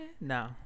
No